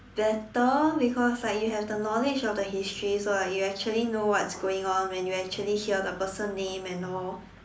better because like you have the knowledge of the history so like you actually know what's going on when you actually hear the person name and all